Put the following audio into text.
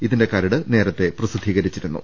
ഇതിന്റെ കരട് നേരത്തെ പ്രസിദ്ധീകരിച്ചിരുന്നു